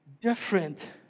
different